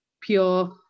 Pure